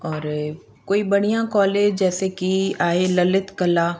पर कोई बढ़िया कॉलेज जैसे कि आहे ललित कला